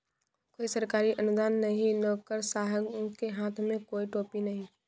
कोई सरकारी अनुदान नहीं, नौकरशाहों के हाथ में कोई टोपी नहीं